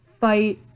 fight